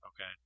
okay